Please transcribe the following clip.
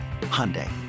Hyundai